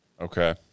okay